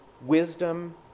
wisdom